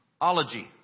Ology